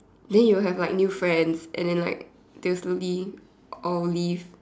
then you will have like new friends and then like they will slowly all leave